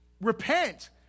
repent